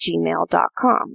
gmail.com